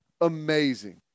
Amazing